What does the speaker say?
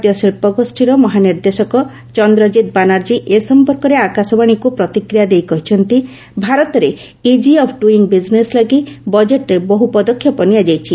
ଭାରତୀୟ ଶିଳ୍ପ ଗୋଷୀର ମହାନିର୍ଦ୍ଦେଶକ ଚନ୍ଦ୍ରଜିତ୍ ବାନାର୍ଜୀ ଏ ସମ୍ପର୍କରେ ଆକାଶବାଶୀକୁ ପ୍ରତିକ୍ରିୟା ଦେଇ କହିଛନ୍ତି ଭାରତରେ ଇଜି ଅଫ୍ ଡୁଇଙ୍ଗ୍ ବିଜିନେସ୍ ଲାଗି ବଜେଟ୍ରେ ବହୁ ପଦକ୍ଷେପ ନିଆଯାଇଛି